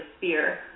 fear